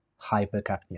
hypercapnia